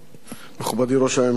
מכובדי ראש הממשלה.